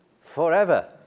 forever